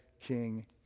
King